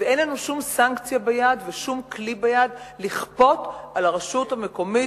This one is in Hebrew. ואין לנו שום סנקציה ושום כלי ביד לכפות על הרשות המקומית,